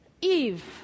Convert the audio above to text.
Eve